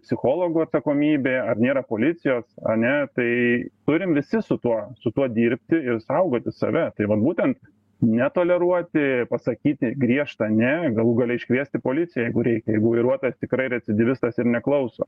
psichologo atsakomybė ar nėra policijos ane tai turim visi su tuo su tuo dirbti ir saugoti save tai vat būtent netoleruoti pasakyti griežtą ne galų gale iškviesti policiją jeigu reikia jeigu vairuotojas tikrai recidyvistas ir neklauso